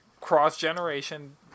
Cross-generation